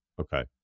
Okay